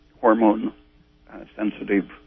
hormone-sensitive